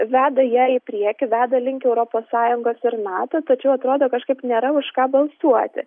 veda ją į priekį veda link europos sąjungos ir nato tačiau atrodo kažkaip nėra už ką balsuoti